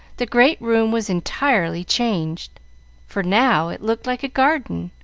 the great room was entirely changed for now it looked like a garden,